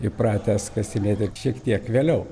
įpratęs kasinėti šiek tiek vėliau